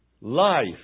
life